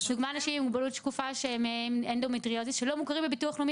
ישנם אנשים עם מוגבלות שקופה שלא מוכרים בביטוח לאומי,